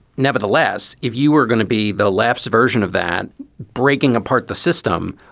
nevertheless, if you were gonna be the left's version of that breaking apart the system,